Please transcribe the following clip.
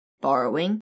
borrowing